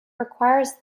requires